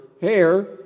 hair